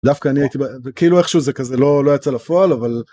דווקא אני הייתי כאילו איכשהו זה כזה לא לא יצא לפועל אבל.